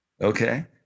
Okay